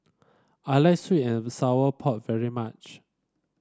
I like sweet and Sour Pork very much